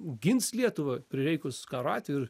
gins lietuvą prireikus karo atveju ir